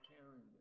calendar